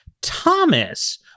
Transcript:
Thomas